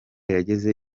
yageze